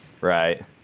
Right